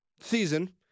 season